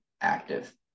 active